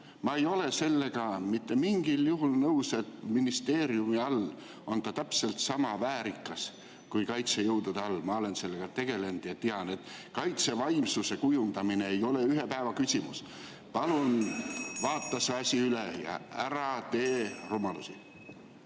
ma ei ole sellega mitte mingil juhul nõus, et ministeeriumi all on ta täpselt sama väärikas kui kaitsejõudude all. Ma olen sellega tegelenud ja tean, et kaitsevaimsuse kujundamine ei ole ühe päeva küsimus. Palun vaata see asi üle ja ära tee rumalusi!